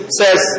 says